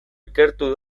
ikertu